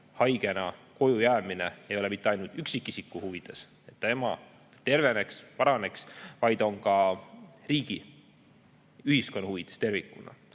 haigena koju jäämine ei ole mitte ainult üksikisiku huvides, et tema terveneks, paraneks, vaid on ka riigi, ühiskonna huvides tervikuna.